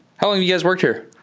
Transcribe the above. how long you guys worked here?